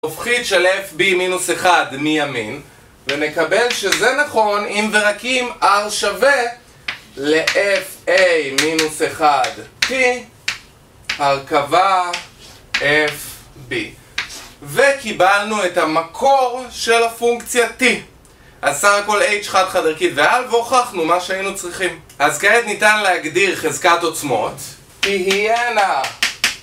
הופכית של fb מינוס אחד מימין ונקבל שזה נכון אם ורק אם r שווה לfa מינוס אחד t הרכבה fb וקיבלנו את המקור של הפונקציה t אז סך הכל h חד חד ערכית ואז הוכחנו מה שהיינו צריכים אז כעת ניתן להגדיר חזקת עוצמות תהיינה